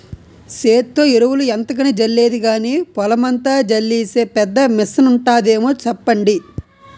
సేత్తో ఎరువులు ఎంతకని జల్లేది గానీ, పొలమంతా జల్లీసే పెద్ద మిసనుంటాదేమో సెప్పండి?